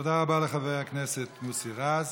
תודה רבה לחבר הכנסת מוסי רז.